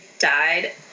died